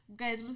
guys